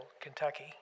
Kentucky